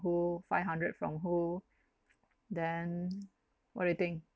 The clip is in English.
who five hundred from who then what do you think